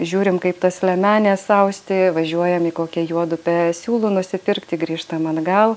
žiūrim kaip tas liemenes austi važiuojam į kokią juodupę siūlų nusipirkti grįžtam atgal